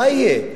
מה יהיה?